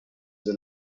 the